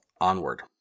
onward